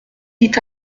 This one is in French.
dit